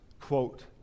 quote